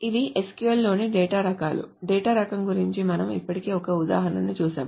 ఇవి SQL లోని data రకాలు డేటా రకం గురుంచి మనం ఇప్పటికే ఒక ఉదాహరణను చూశాము